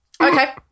Okay